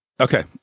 Okay